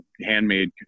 handmade